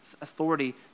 authority